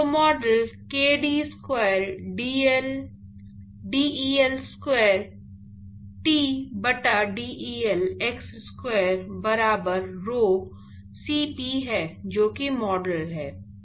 तो model k d square del square T बटा del x square बराबर rho Cp है जो कि मॉडल है